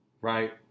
right